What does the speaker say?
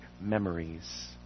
memories